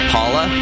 Paula